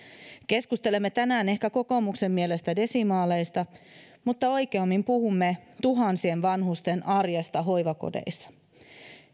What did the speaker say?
keskustelemme tänään ehkä kokoomuksen mielestä desimaaleista mutta oikeammin puhumme tuhansien vanhusten arjesta hoivakodeissa